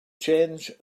change